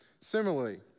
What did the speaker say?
Similarly